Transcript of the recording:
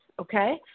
Okay